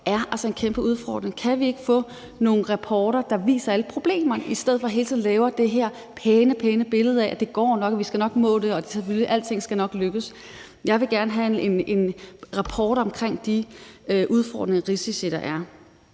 er altså en kæmpe udfordring. Kan vi ikke få nogle rapporter, der viser alle problemerne, i stedet for at man hele tiden laver det her pæne, pæne billede af, at det nok går, at vi nok skal nå det, og at alting selvfølgelig nok skal lykkes? Jeg vil gerne have en rapport om de udfordringer og risici, der er.